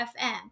FM